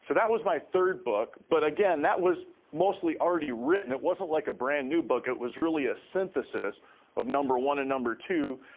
so that was my third book, but, again, that was mostly already written. it wasn't, like, a brand new book it was really a synthesis of number one and number two,